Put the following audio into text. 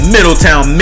Middletown